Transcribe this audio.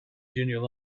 junior